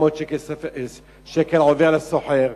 400 שקל עובר לסוחר.